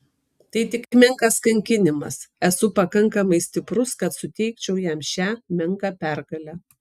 tai tik menkas kankinimas esu pakankamai stiprus kad suteikčiau jam šią menką pergalę